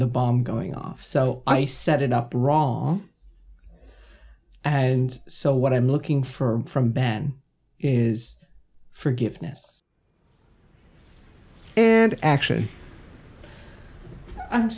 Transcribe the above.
the bomb going off so i set it up raul and so what i'm looking for from ban is forgiveness and actually i'm